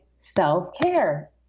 self-care